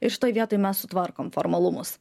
ir šitoj vietoj mes sutvarkom formalumus